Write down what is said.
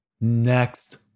next